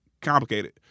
complicated